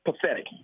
pathetic